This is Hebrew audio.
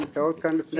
שנמצאות כאן בפניכם,